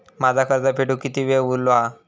माझा कर्ज फेडुक किती वेळ उरलो हा?